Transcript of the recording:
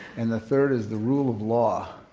and the third is the rule of law.